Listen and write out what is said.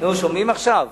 שומעים עכשיו?